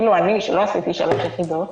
אפילו אני, שלא עשיתי חמש יחידות,